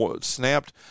snapped